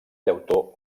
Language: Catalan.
llautó